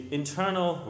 internal